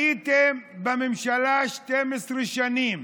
הייתם בממשלה 12 שנים.